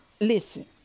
listen